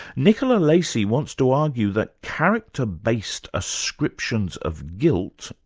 nicola lacey wants to argue that character-based ascriptions of guilt,